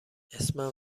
اسمم